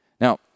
Now